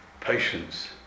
patience